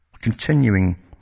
Continuing